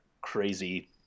crazy